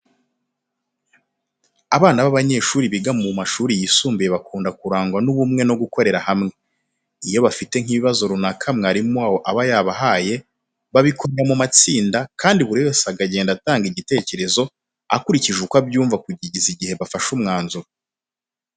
Abana b'abanyeshuri biga mu mashuri yisumbuye bakunda kurangwa n'ubumwe no gukorera hamwe. Iyo bafite nk'ibibazo runaka mwarimu wabo aba yabahaye babikorera mu matsinda kandi buri wese akagenda atanga igitekerezo akurikije uko abyumva kugeza igihe bafashe umwanzuro.